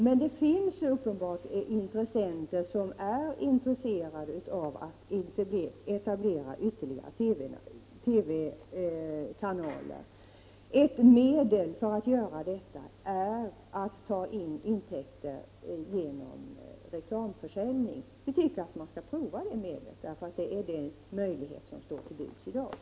Men det finns uppenbarligen intressenter som är villiga att etablera ytterligare TV-kanaler. Ett medel för att göra detta är att skaffa intäkter genom reklamförsäljning. Vi tycker att man skall prova det medlet, för det är den möjlighet som står till buds i dag.